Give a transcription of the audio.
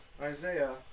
Isaiah